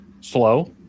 slow